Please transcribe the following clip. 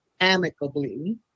amicably